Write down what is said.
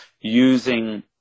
using